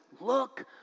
Look